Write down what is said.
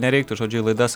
nereiktų žodžiu į laidas